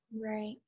right